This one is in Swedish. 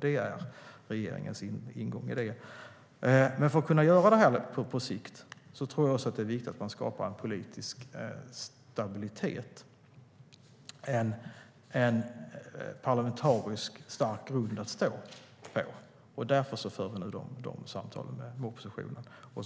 Det är regeringens ingång i detta. Men för att kunna göra detta på sikt tror jag att det är viktigt att man också skapar en politisk stabilitet och en parlamentariskt stark grund att stå på. Därför för vi nu dessa samtal med oppositionen. Och